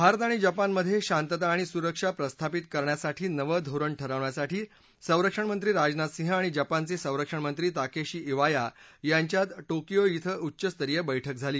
भारत आणि जपान मध्ये शांतता आणि सुरक्षा प्रस्थापित करण्यासाठी नवं धोरण ठरवण्यासाठी संरक्षण मंत्री राजनाथ सिंग आणि जपानचे संरक्षण मंत्री ताकेशी इवाया यांच्यात टोकियो इथं उच्च स्तरीय बैठक झाली